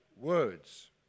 words